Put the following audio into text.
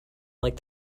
like